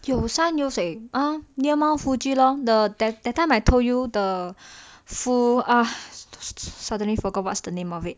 ah near mount fuji lor the that that time I told you the full ah suddenly forgot what's the name of it